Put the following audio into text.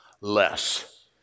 less